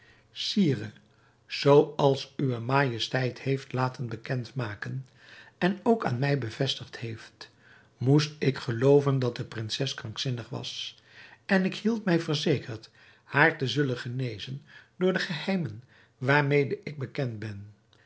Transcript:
sire zooals uwe majesteit heeft laten bekend maken en ook aan mij bevestigd heeft moest ik gelooven dat de prinses krankzinnig was en ik hield mij verzekerd haar te zullen genezen door de geheimen waarmede ik bekend ben